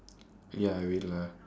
ya I will lah